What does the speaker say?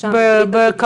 ונרשם בברית הזוגיות.